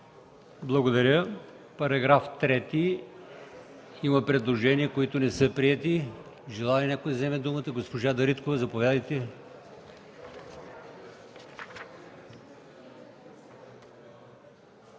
Благодаря. По § 3 има предложения, които не са приети. Желае ли някой да вземе думата? Госпожо Дариткова, заповядайте.